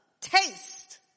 taste